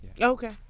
Okay